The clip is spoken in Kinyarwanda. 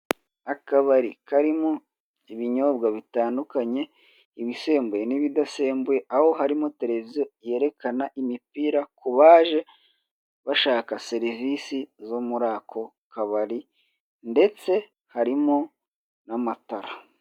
Akabari karimo ibinyobwa bitandukanye, ibisembuye n'ibidasembuye aho harimo tereviziyo yerekana umupira kubaje bashaka serivise zomuri ako kabari ndetse harimo namatara.